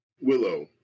Willow